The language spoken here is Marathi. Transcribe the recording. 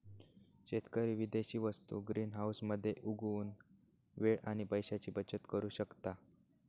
शेतकरी विदेशी वस्तु ग्रीनहाऊस मध्ये उगवुन वेळ आणि पैशाची बचत करु शकता